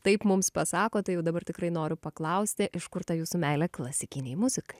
taip mums pasako tai jau dabar tikrai noriu paklausti iš kur ta jūsų meilė klasikinei muzikai